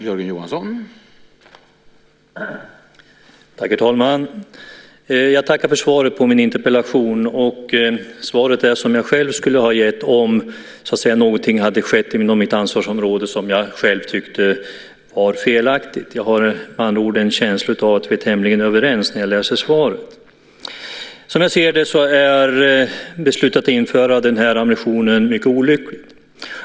Herr talman! Jag tackar för svaret på min interpellation. Svaret är detsamma som jag själv skulle ha gett om någonting skett inom mitt ansvarsområde som jag tyckte var felaktigt. Jag har med andra ord, när jag läser svaret, en känsla av att vi är tämligen överens. Som jag ser det är beslutet att införa den här ammunitionen mycket olyckligt.